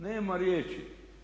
Nema riječi.